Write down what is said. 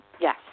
yes